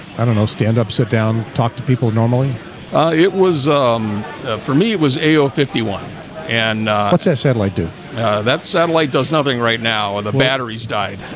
i don't know stand up sit down. talk to people normally it was um for me it was a oh fifty one and what's a satellite do that satellite does nothing right now the batteries died?